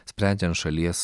sprendžiant šalies